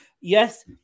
Yes